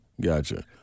gotcha